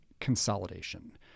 consolidation